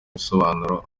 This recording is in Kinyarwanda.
ibisobanuro